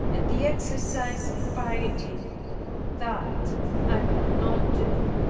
and the exercise of piety that i could not do.